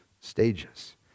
stages